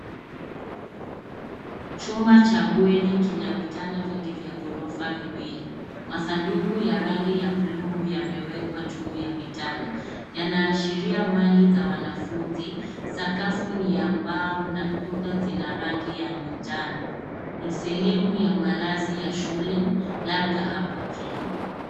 Chumba cha bweni kina vitanda vingi vya ghorofa viwili. Masanduku ya rangi ya bluu yamewekwa juu ya vitanda. Yanaashiria mali za wanafunzi. Sakafu ni ya mbao na kuta zina rangi ya manjano. Ni sehemu ya malazi ya shule labda hapa Kenya.